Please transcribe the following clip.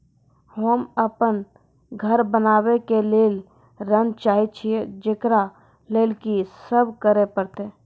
होम अपन घर बनाबै के लेल ऋण चाहे छिये, जेकरा लेल कि सब करें परतै?